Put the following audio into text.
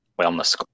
wellness